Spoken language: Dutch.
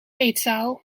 eetzaal